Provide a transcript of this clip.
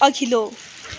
अघिल्लो